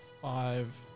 five